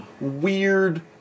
weird